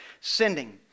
Sending